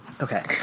Okay